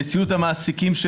נציגות המעסיקים,